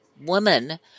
woman